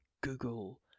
Google